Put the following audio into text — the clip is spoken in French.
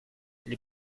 les